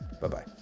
Bye-bye